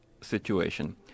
situation